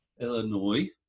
Illinois